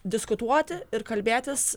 diskutuoti ir kalbėtis